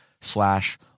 slash